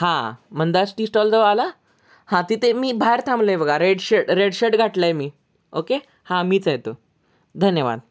हां मंदार स्टी स्टॉलजवळ आला हां तिथे मी बाहेर थांबलो आहे बघा रेड शर् रेड शर्ट घातला आहे मी ओके हां मीच आहे तो धन्यवाद